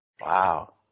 Wow